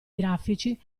grafici